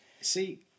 See